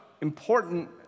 important